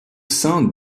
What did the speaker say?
sein